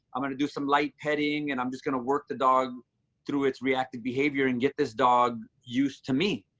i'm going to do some light petting and i'm just going to work the dog through it's reactive behavior and get this dog used to me.